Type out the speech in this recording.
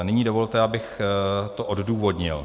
Nyní dovolte, abych to odůvodnil.